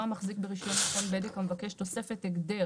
או המחזיק ברישיון מכון בדק המבקש תוספת הגדר